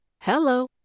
Hello